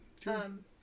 true